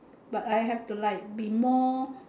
but I have to like be more